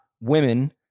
women